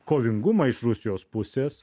kovingumą iš rusijos pusės